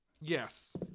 Yes